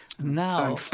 now